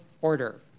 order